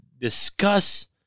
discuss